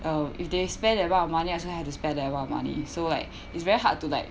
uh if they spend that amount of money I also had to spend that amount of money so like it's very hard to like